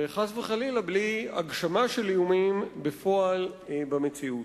וחס וחלילה בלי הגשמה של איומים בפועל במציאות.